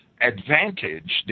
advantage